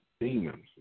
demons